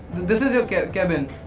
this is your cabin.